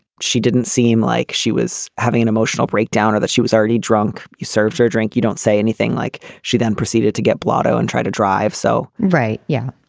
she didn't seem like she was having an emotional breakdown or that she was already drunk. you served her drink. you don't say anything like she then proceeded to get blotto and try to drive, so right. yeah.